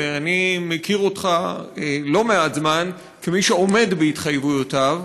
ואני מכיר אותך לא מעט זמן כמי שעומד בהתחייבויותיו,